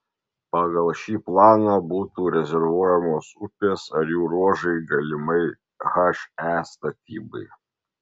pagal šį planą būtų rezervuojamos upės ar jų ruožai galimai he statybai